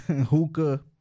hookah